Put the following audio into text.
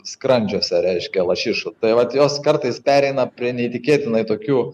skrandžiuose reiškia lašišų tai vat jos kartais pereina prie neįtikėtinai tokių